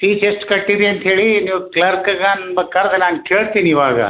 fees ಎಷ್ಟು ಕಟ್ಟಿರಿ ಅಂತೇಳಿ ನೀವು ಕ್ಲರ್ಕ್ಗೆ ನಿಮ್ಮ ಕರ್ದು ನಾನು ಕೇಳ್ತೀನಿ ಇವಾಗ